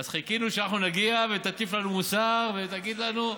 אז חיכינו שאנחנו נגיע, ותטיף לנו מוסר ותגיד לנו?